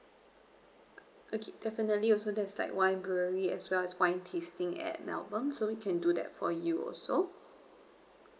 okay definitely also there's like wine brewing as well as wine tasting at melbourne so we can do that for you also